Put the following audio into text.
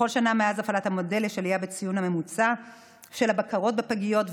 בכל שנה מאז הפעלת המודל יש עלייה בציון הממוצע של בקרות בפגיות,